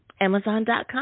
amazon.com